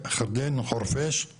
עושה